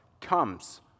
comes